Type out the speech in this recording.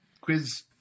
quiz